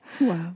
Wow